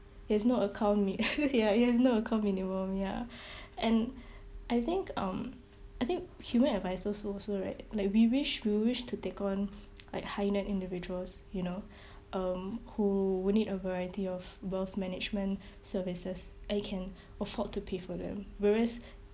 it has no account mi~ ya it has no account minimum ya and I think um I think human advisers also right like we wish will wish to take on like high net individuals you know um who need a variety of wealth management services and can afford to pay for them whereas